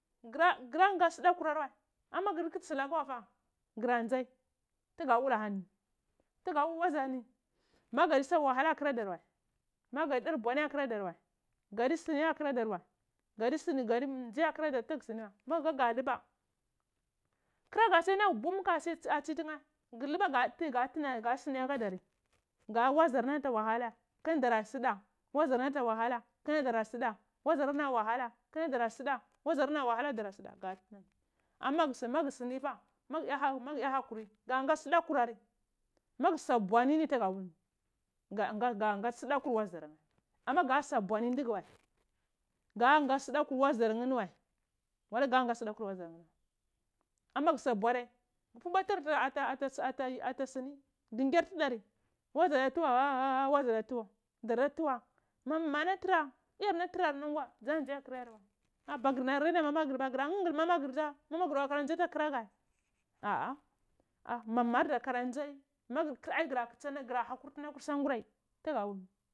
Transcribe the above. Gra-ga nga sda kurar wa ama magu witi sulaka wai fah granzai tuga wul ahonuni tugu wul waziyarni maganir shan wahala n ata hurador diva maga dar bwoni ato kuro dar wai gadi suni atu kradar wai gadi suni gadi nzi ata kradar wa ko mapurga luba kra go asi naghe bum ani asi tsi tuna guluba ga pwi ga suni akadari gaho wa zarna ni ata wahala ndi dura sata wazor n ani ato wahala kuna dara ta soda wazarna ni ata wahala kuna dora ta suda wagurna ato wahala kuna dara ta suda ga tunani ama magu sunifah magu ya hakuri tuhaku nga nga sudakor wazar nheh ama ga su bwani nughu wai ga nga sudakar wazor nheh nu wai oma gu sa bwanai magwatar ngir tidari wazada tuwa tarda tuwa mamana tuwa iyurna trar nur ng weh aanzi ato kurar wai ba gurna ngul ngul mama gur iha mamagu dza mama gur atora nziato kra geh ah ah ma mar dza kura nzai ai gra hakur krsan gurai.